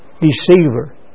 deceiver